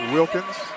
Wilkins